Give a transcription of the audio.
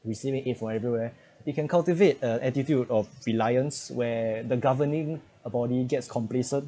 we seen it for everywhere you can cultivate a attitude of reliance where the governing body gets complacent